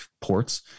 ports